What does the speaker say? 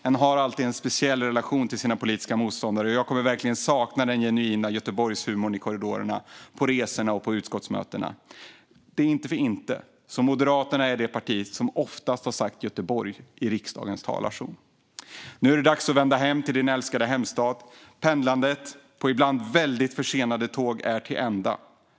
En har alltid en speciell relation till sina politiska motståndare, och jag kommer verkligen att sakna den genuina Göteborgshumorn i korridorerna, på resorna och på utskottsmötena. Det är inte för inte som Moderaterna är det parti som oftast har sagt Göteborg i riksdagens talarstol. Nu är det dags att vända hem till din älskade hemstad. Pendlandet på ibland väldigt försenade tåg är till ända.